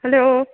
hello